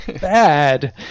bad